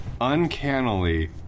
uncannily